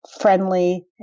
friendly